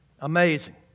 Amazing